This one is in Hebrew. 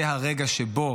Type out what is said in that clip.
זה הרגע שבו